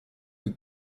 the